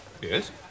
Yes